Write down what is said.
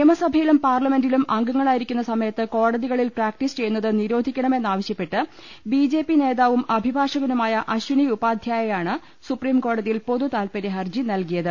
നിയമസഭയിലും പാർലമെന്റിലും അംഗങ്ങളാ യിരിക്കുന്നു സമയത്ത് കോടതികളിൽ പ്രാക്ടീസ് ചെയ്യുന്നത് നിരോധിക്കണ മെന്നാവശ്യപ്പെട്ട് ബി ജെ പി നേതാവും അഭിഭാഷകനുമായ അശിനി ഉപാധ്യായയാണ് സുപ്രീംകോടതിയിൽ പൊതു താത്പര്യ ഹർജി നൽകിയത്